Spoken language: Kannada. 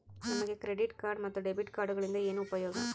ನಮಗೆ ಕ್ರೆಡಿಟ್ ಕಾರ್ಡ್ ಮತ್ತು ಡೆಬಿಟ್ ಕಾರ್ಡುಗಳಿಂದ ಏನು ಉಪಯೋಗ?